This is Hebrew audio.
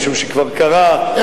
משום שכבר קרה לפני שנה,